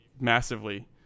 massively